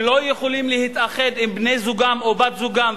שלא יכולים להתאחד עם בני-זוגם או בת-זוגם,